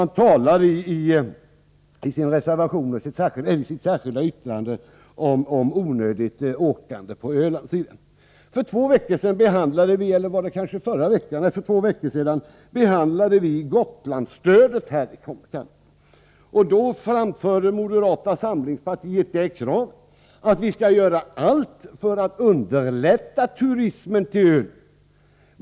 Man talar i reservationen och i det särskilda yttrandet om onödigt åkande på Ölandssidan. För två veckor sedan behandlade vi Gotlandsstödet här i kammaren. Då framförde moderata samlingspartiet kravet att vi skall göra allt för att underlätta turismen på Öland.